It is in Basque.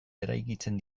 eraikitzen